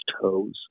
toes